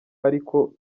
ariko